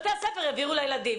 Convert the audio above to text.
בתי-הספר יעבירו לילדים.